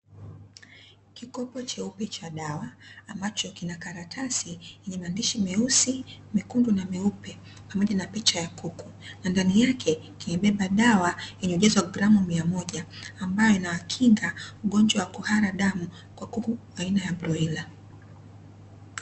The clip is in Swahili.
Kikopo cheupe cha dawa ambacho kina karatasi yenye maandishi meusi, mekundu na meupe pamoja na picha ya kuku na ndani yake kimebeba dawa, yenye ujazo wa gramu miamija ambayo inawakinga ugonjwa wa kuhara damu, kwa kuku aina ya broila.